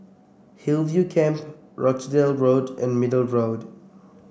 Hillview Camp Rochdale Road and Middle Road